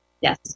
Yes